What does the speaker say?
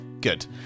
good